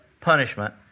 punishment